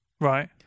Right